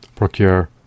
Procure